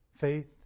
faith